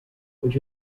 would